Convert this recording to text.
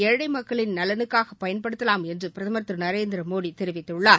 ஏழை மக்களின் நலனுக்காக பயன்படுத்தலாம் என்று பிரதமர் திரு நரேந்திர மோடி தெரிவித்துள்ளார்